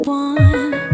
one